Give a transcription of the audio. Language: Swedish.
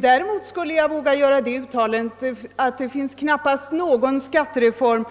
Däremot vågar jag säga att knappast någon skattereform